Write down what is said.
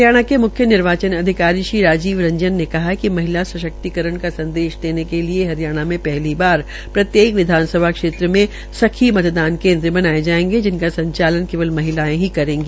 हरियाणा के म्ख्य निर्वाचन अधिकारी श्री राजीव रंजन ने कहा कि महिला सशक्तिकरण का संदेश देने के लिए हरियाणा में पहली बार प्रत्येक विधानसभा क्षेत्र में सखी मतदान केंद्र बनाए जाएंगे जिनका संचालन केवल महिलाओं दवारा किया जाएगा